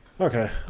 Okay